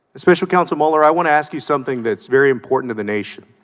special counselor i would ask you something that's very important in asia